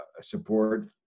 support